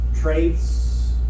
traits